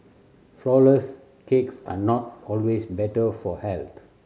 flourless cakes are not always better for health